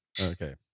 Okay